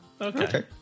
Okay